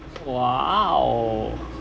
!wow!